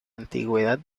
antigüedad